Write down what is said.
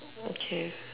okay